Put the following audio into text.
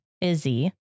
Izzy